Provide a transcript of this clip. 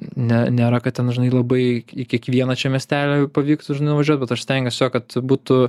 ne nėra ką ten žinai labai į kiekvieną čia miestelį pavyktų žinai nuvažiuot bet aš stengiuosi kad būtų